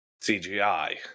CGI